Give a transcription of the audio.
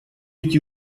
эти